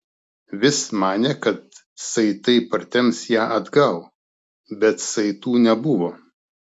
vis manė kad saitai partemps ją atgal bet saitų nebuvo